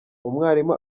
umwarimu